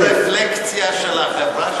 איזה רפלקסיה של החברה שלנו?